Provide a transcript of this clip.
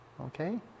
okay